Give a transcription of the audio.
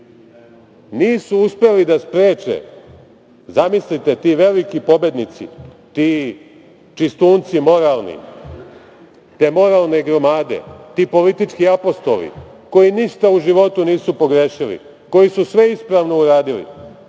nisu uspeli da spreče. Zamislite, ti veliki pobednici, ti čistunci moralni, te moralne gromade, ti politički apostoli koji ništa u životu nisu pogrešili, koji su sve ispravno uradili,